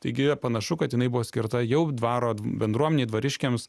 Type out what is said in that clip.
taigi panašu kad jinai buvo skirta jau dvaro bendruomenei dvariškiams